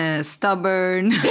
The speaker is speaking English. Stubborn